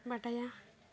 ᱵᱟᱰᱟᱭᱟ